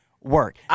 work